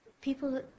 people